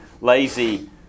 lazy